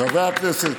חברי הכנסת,